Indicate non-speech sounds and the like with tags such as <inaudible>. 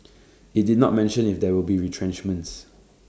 <noise> IT did not mention if there will be retrenchments